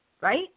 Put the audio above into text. right